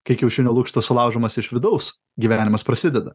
kai kiaušinio lukštas sulaužomas iš vidaus gyvenimas prasideda